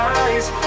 eyes